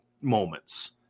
moments